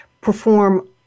perform